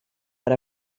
per